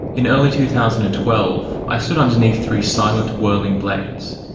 in early two thousand and twelve, i stood underneath three silent, whirling blades.